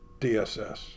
DSS